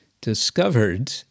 discovered